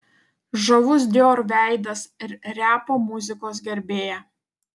žavus dior veidas ir repo muzikos gerbėja